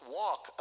walk